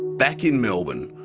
back in melbourne,